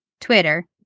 Twitter